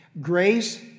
Grace